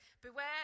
Beware